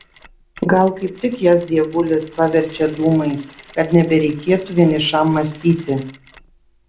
gal kaip tik jas dievulis paverčia dūmais kad nebereikėtų vienišam mąstyti